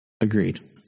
Agreed